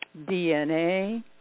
DNA